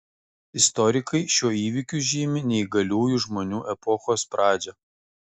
istorikai šiuo įvykiu žymi neįgaliųjų žmonių epochos pradžią